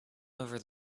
over